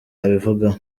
abivugaho